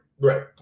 Right